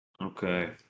Okay